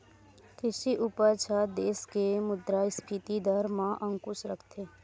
कृषि उपज ह देस के मुद्रास्फीति दर म अंकुस रखथे